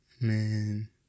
man